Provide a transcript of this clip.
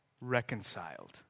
reconciled